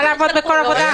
יכולה לעבוד בכל עבודה אחרת.